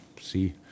see